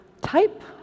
type